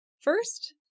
First